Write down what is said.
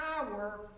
power